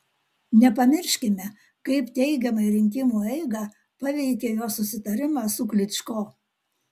nepamirškime kaip teigiamai rinkimų eigą paveikė jo susitarimas su klyčko